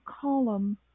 column